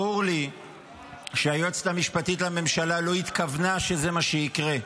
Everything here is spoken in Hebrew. ברור לי שהיועצת המשפטית לממשלה לא התכוונה שזה מה שיקרה,